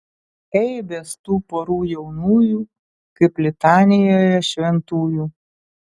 eibės tų porų jaunųjų kaip litanijoje šventųjų